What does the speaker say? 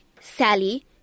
Sally